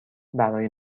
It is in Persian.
برای